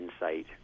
insight